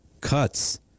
cuts